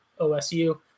OSU